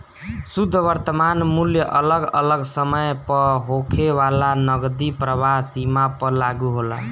शुद्ध वर्तमान मूल्य अगल अलग समय पअ होखे वाला नगदी प्रवाह सीमा पअ लागू होला